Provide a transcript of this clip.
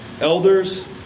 elders